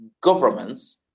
governments